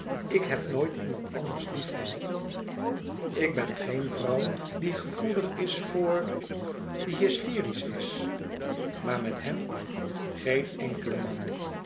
ik heb nooit iemand anders liefgehad ik ben geen vrouw die gevoelig is voor die hysterisch is maar met hem geen enkele man